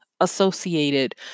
associated